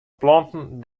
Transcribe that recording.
planten